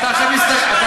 אתה עכשיו מסתכן.